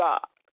God